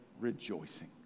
rejoicing